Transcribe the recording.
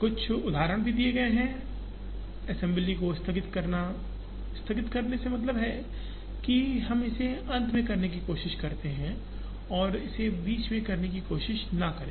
कुछ उदाहरण भी दिए गए हैं असेम्ब्ली को स्थगित करना स्थगित करना से मतलब है कि हम इसे अंत में करने की कोशिश करे और इसे बीच में करने की कोशिश न करे